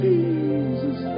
Jesus